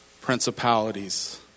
principalities